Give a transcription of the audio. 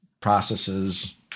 processes